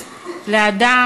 (תיקון,